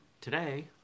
today